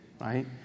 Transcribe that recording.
right